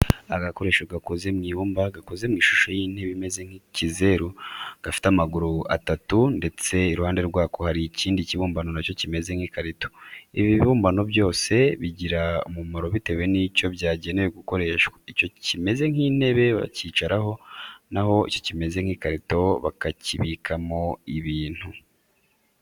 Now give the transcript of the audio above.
Agakoresho gakoze mu ibumba gakoze mu ishusho y'intebe imeze nk'ikizeru, gafite amaguru atatu ndetse iruhande rwako hari ikindi kibumbano na cyo kimeze nk'ikarito. Ibi bibumbano byose bigira umumaro bitewe n'icyo byagenewe gukoreshwa. Icyo kimeze nk'intebe bacyicaraho, noneho icyo kimeze nk'ikarito bakakibikamo ibintu.